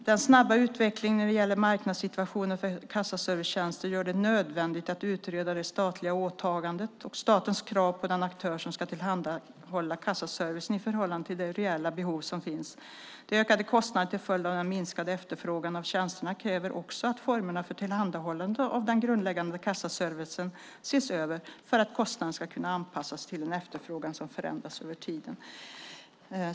"Den snabba utvecklingen när det gäller marknadssituationen för kassaservicetjänster gör det nödvändigt att utreda det statliga åtagandet och statens krav på den aktör som skall tillhandahålla kassaservicen i förhållande till det reella behov som finns. De ökade kostnaderna till följd av den minskade efterfrågan av tjänsterna kräver också att formerna för tillhandahållandet av den grundläggande kassaservicen ses över för att kostnaderna ska kunna anpassas till en efterfrågan som förändras över tiden."